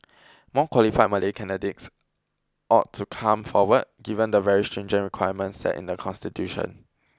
more qualified Malay candidates ought to come forward given the very stringent requirements set in the constitution